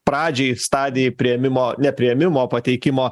pradžiai stadijai priėmimo nepriėmimo pateikimo